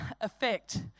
effect